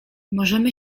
możemy